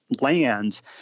lands